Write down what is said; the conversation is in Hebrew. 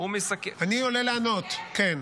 אני עולה לענות, כן.